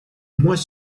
mois